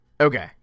okay